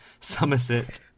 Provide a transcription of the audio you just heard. Somerset